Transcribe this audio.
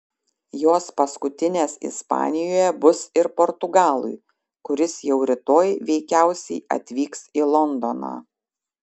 jos paskutinės ispanijoje bus ir portugalui kuris jau rytoj veikiausiai atvyks į londoną